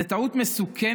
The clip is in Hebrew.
זו טעות מסוכנת